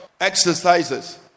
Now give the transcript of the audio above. exercises